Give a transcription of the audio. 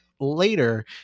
later